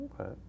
Okay